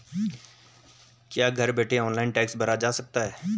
क्या घर बैठे ऑनलाइन टैक्स भरा जा सकता है?